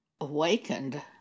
awakened